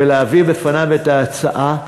ולהביא בפניו את ההצעה,